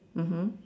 mmhmm